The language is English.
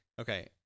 Okay